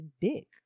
dick